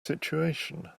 situation